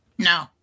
No